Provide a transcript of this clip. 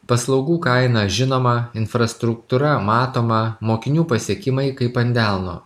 paslaugų kaina žinoma infrastruktūra matoma mokinių pasiekimai kaip ant delno